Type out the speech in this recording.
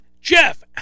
Jeff